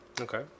Okay